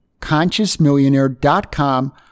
ConsciousMillionaire.com